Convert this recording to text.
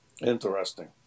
Interesting